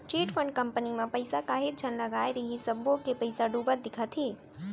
chit fund company म पइसा काहेच झन लगाय रिहिस सब्बो के पइसा डूबत दिखत हे